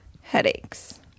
headaches